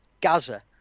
Gaza